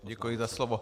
Děkuji za slovo.